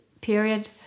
period